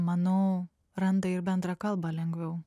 manau randa ir bendrą kalbą lengviau